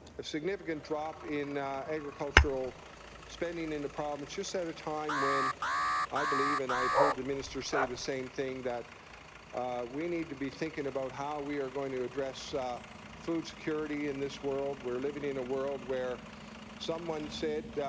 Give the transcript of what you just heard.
a significant drop in agricultural spending in the province just at a time when i believe and i heard the minister say the same thing that we need to be thinking about how we're going to address food security in this world. we're living in a world where someone said,